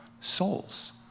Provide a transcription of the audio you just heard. souls